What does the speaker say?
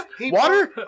Water